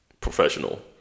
professional